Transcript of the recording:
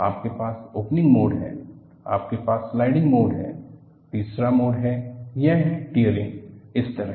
आपके पास opening mode है आपके पास स्लाइडिंग मोड है तीसरा मोड है यह है टियरींग इस तरह